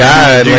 God